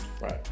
Right